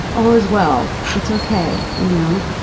all is well, it's okay. you know.